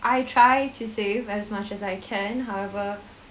I try to save as much as I can however